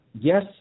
yes